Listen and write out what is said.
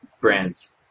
brands